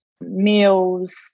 meals